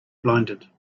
blinded